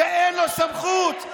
שאין לו סמכות,